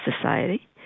society